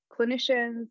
clinicians